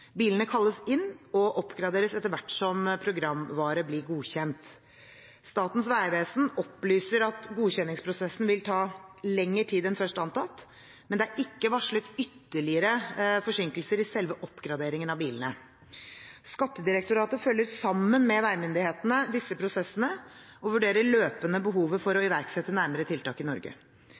Bilene kalles inn og oppgraderes etter hvert som programvaren blir godkjent. Statens vegvesen opplyser at godkjenningsprosessen vil ta lengre tid enn først antatt, men det er ikke varslet ytterligere forsinkelser i selve oppgraderingen av bilene. Skattedirektoratet følger, sammen med veimyndighetene, disse prosessene og vurderer løpende behovet for å iverksette nærmere tiltak i Norge.